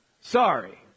Sorry